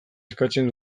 eskatzen